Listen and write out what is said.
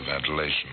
ventilation